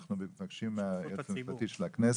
אנחנו מבקשים מהיועצת המשפטית של הכנסת,